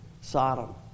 Sodom